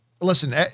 Listen